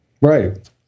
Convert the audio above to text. Right